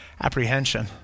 apprehension